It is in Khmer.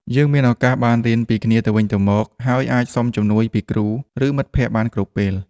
យើងមានឱកាសបានរៀនពីគ្នាទៅវិញទៅមក ហើយអាចសុំជំនួយពីគ្រូ ឬមិត្តភក្តិបានគ្រប់ពេល។